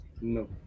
No